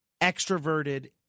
extroverted